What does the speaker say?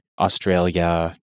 Australia